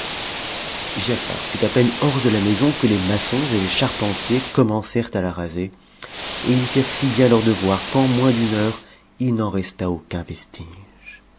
giafar fut à peine hors de la maison que les maçons et les charpentiers commencèrent à la raser et ils firent si bien leur devoir qu'en moins d'une heure h n'en resta aucun vestige